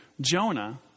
Jonah